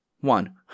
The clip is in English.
One